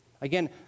Again